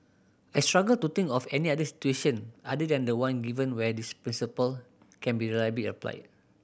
I struggle to think of any other situation other than the one given where this principle can be reliably applied